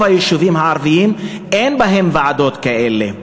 היישובים הערביים אין בהם ועדות כאלה,